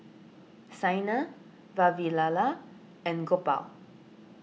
Saina Vavilala and Gopal